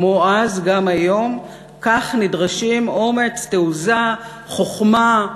כמו אז גם היום, כך נדרשים אומץ, תעוזה, חוכמה,